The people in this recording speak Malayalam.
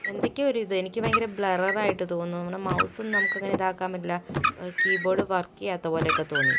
ഏന്തൊക്കെയോ ഒരു ഇത് എനിക്ക് ഭയങ്കര ബ്ലററ് ആയിട്ട് തോന്നുന്നു നമ്മുടെ മൗസും നമുക്ക് അങ്ങനെ ഇതാക്കാൻ പറ്റില്ല കീ ബോർഡ് വർക്ക് ചെയ്യാത്ത പോലെയൊക്കെ തോന്നി